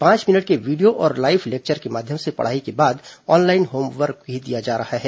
पांच मिनट के वीडियो और लाइव लेक्चर के माध्यम से पढ़ाई के बाद आनलाइन होमवर्क भी दिया जाता है